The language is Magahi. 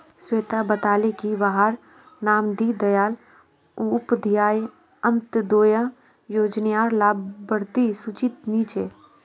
स्वेता बताले की वहार नाम दीं दयाल उपाध्याय अन्तोदय योज्नार लाभार्तिर सूचित नी छे